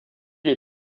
les